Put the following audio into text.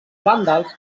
vàndals